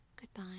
Goodbye